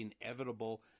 inevitable